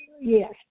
yes